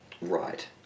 Right